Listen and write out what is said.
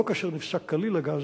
לא כאשר נפסק כליל הגז,